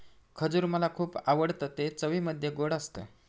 खजूर मला खुप आवडतं ते चवीमध्ये गोड असत